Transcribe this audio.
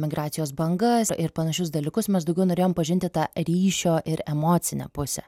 migracijos banga ir panašius dalykus mes daugiau norėjom pažinti tą ryšio ir emocinę pusę